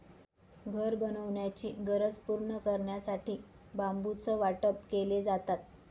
घर बनवण्याची गरज पूर्ण करण्यासाठी बांबूचं वाटप केले जातात